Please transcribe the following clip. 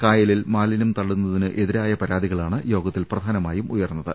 കായലിൽ മാലിന്യം തള്ളുന്നതിനെതിരായ പരാതികളാണ് യോഗത്തിൽ പ്രധാനമായും ഉയർന്നത്